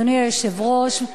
אדוני היושב-ראש,